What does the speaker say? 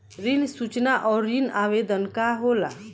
ऋण सूचना और ऋण आवेदन का होला?